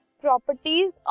properties